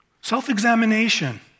Self-examination